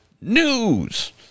news